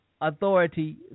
Authority